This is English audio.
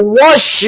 wash